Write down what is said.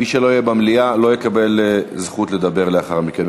מי שלא יהיה במליאה לא יקבל זכות לדבר לאחר מכן.